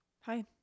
Hi